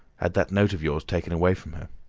had that note of yours taken away from her.